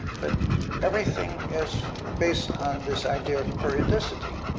but everything is based on this idea of periodicity.